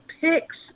picks